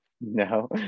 no